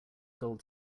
gold